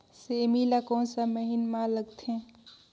सेमी ला कोन सा महीन मां लगथे?